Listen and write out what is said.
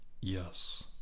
Yes